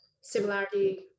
similarity